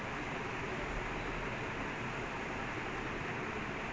I mean even now you look david dude it's insane